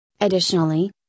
Additionally